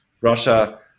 russia